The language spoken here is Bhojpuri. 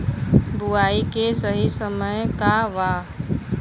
बुआई के सही समय का वा?